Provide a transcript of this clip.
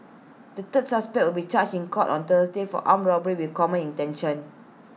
the third suspect will be charged in court on Thursday for armed robbery with common intention